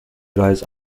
rise